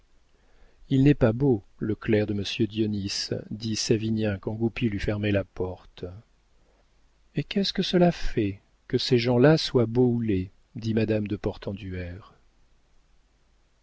il n'est pas beau le clerc de monsieur dionis dit savinien quand goupil eut fermé la porte et qu'est-ce que cela fait que ces gens-là soient beaux ou laids dit madame de